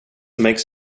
makes